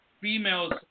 females